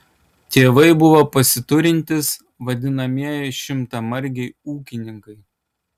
tėvai buvo pasiturintys vadinamieji šimtamargiai ūkininkai